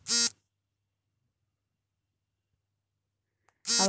ಹವಾಮಾನ ಇಲಾಖೆಯನ್ನು ಸಂಪರ್ಕಿಸಲು ರೈತರಿಗೆ ಸಹಾಯವಾಣಿ ಸಂಖ್ಯೆ ಇದೆಯೇ?